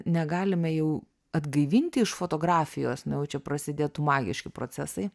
negalime jau atgaivinti iš fotografijos na jau čia prasidėtų magiški procesai